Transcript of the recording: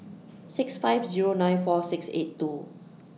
six five Zero nine four six eight two